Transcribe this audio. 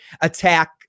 attack